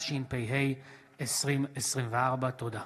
התשפ"ה 2024. תודה.